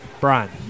Brian